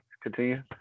continue